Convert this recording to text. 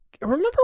Remember